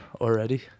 already